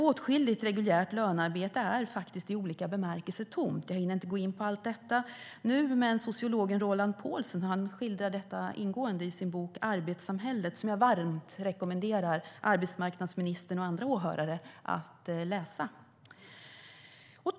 Åtskilligt reguljärt lönearbete är i olika bemärkelser tomt. Jag hinner inte gå in på allt detta nu, men sociologen Roland Paulsen skildrar detta ingående i sin bok Arbetssamhället som jag varmt rekommenderar arbetsmarknadsministern och andra åhörare att läsa.